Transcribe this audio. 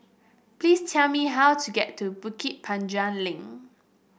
please tell me how to get to Bukit Panjang Link